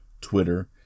Twitter